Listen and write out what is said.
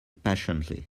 patiently